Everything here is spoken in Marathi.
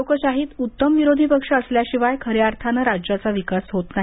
लोकशाहीत उत्तम विरोधीपक्ष असल्याशिवाय खऱ्या अर्थाने राज्याचा विकास होत नाही